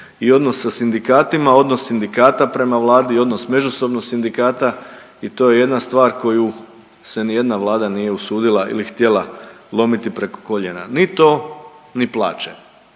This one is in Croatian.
i odnos sa sindikatima, odnos sindikata prema Vladi i odnos međusobno sindikata i to je jedna stvar koju se nijedna Vlada nije usudila ili htjela lomiti preko koljena, ni to, ni plaće.